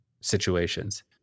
situations